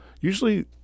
usually